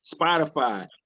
Spotify